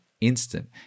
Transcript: instant